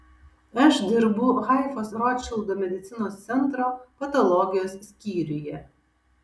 aš dirbu haifos rotšildo medicinos centro patologijos skyriuje